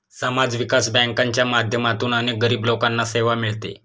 समाज विकास बँकांच्या माध्यमातून अनेक गरीब लोकांना सेवा मिळते